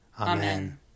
Amen